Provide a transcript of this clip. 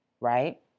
right